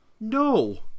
no